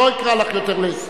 לא אקרא אותך יותר לסדר,